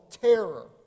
terror